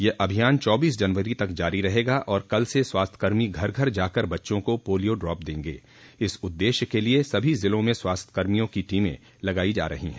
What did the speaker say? यह अभियान चौबीस जनवरी तक जारी रहेगा और कल से स्वास्थ्य कर्मी घर घर जाकर बच्चों को पालियो ड्राप देंगें इस उददेश्य के लिए सभी जिलों में स्वास्थ्य कर्मियों की टीमें लगायी जा रही हैं